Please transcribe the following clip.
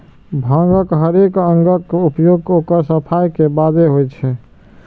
भांगक हरेक अंगक उपयोग ओकर सफाइ के बादे होइ छै